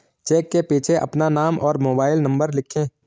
check के पीछे अपना नाम और मोबाइल नंबर लिखें